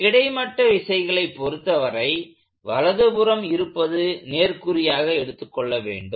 கிடைமட்ட விசைகளை பொருத்தவரை வலதுபுறம் இருப்பது நேர்குறியாக எடுத்துக்கொள்ள வேண்டும்